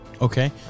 Okay